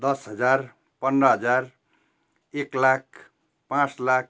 दस हजार पन्ध्र हजार एक लाख पाँच लाख